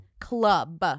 Club